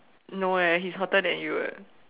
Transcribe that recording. no eh he's hotter than you eh